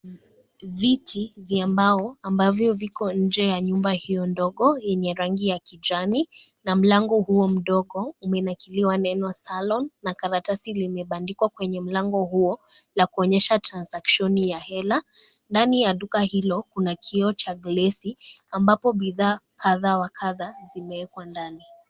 Viti vya mbao ambavyo viko nje ya nyumba hiyo ndogo yenye rangi ya kijani, na mlango huo mdogo umenakiliwa neno salon na karatasi limepandikwa kwenye mlango huo la kuonyesha transaction ya hela, ndani ya duka hilo, kuna kioo cha glesi ambapo bidhaa kadha wa kadha vimeekwa ndani.